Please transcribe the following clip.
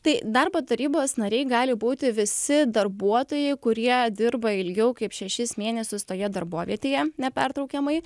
tai darbo tarybos nariai gali būti visi darbuotojai kurie dirba ilgiau kaip šešis mėnesius toje darbovietėje nepertraukiamai